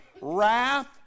wrath